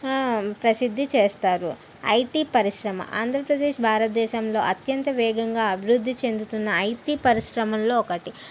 ప్రసిద్ధి చేస్తారు ఐటీ పరిశ్రమ ఆంధ్రప్రదేశ్ భారతదేశంలో అత్యంత వేగంగా అభివృద్ధి చెందుతున్న ఐటీ పరిశ్రమల్లో ఒకటి